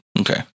Okay